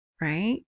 right